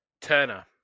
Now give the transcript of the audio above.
Turner